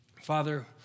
Father